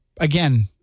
again